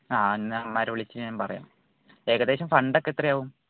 ആ എന്നാൽ അവന്മാരെ വിളിച്ച് ഞാൻ പറയാം ഏകദേശം ഫണ്ട് ഒക്കെ എത്രയാകും